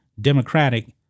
Democratic